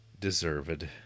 deserved